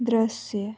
दृश्य